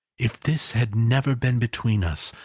if this had never been between us,